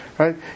right